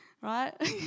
Right